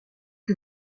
que